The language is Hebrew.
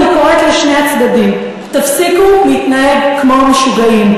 אני קוראת לשני הצדדים: תפסיקו להתנהג כמו משוגעים.